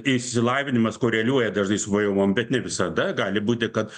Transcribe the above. išsilavinimas koreliuoja dažnai su pajamom bet ne visada gali būti kad